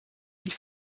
sie